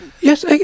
Yes